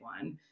one